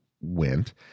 went